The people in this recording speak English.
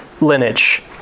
lineage